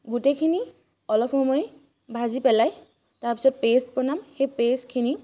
গোটেখিনি অলপ সময় ভাজি পেলাই তাৰপিছত পে'ষ্ট বনাম সেই পে'ষ্টখিনি